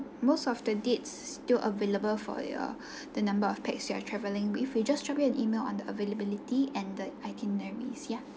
most of the dates still available for your the number of pax you are traveling with we'll just drop you an email on the availability and the itinerary ya